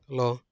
hello